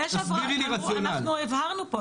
אנחנו הבהרנו פה.